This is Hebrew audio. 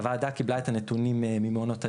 הוועדה קיבלה את הנתונים ממעונות היום,